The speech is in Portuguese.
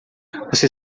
você